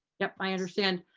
yeah i understand.